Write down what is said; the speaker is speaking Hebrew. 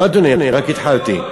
לא, אדוני, רק התחלתי.